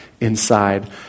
inside